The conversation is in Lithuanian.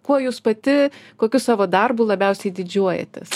kuo jūs pati kokiu savo darbu labiausiai didžiuojatės